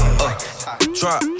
drop